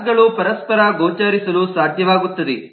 class ಗಳು ಪರಸ್ಪರ ಗೋಚರಿಸಲು ಸಾಧ್ಯವಾಗುತ್ತದೆ